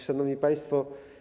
Szanowni Państwo!